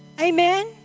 Amen